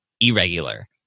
irregular